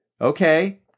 Okay